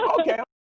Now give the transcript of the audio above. Okay